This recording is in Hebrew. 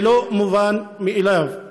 זה לא מובן מאליו,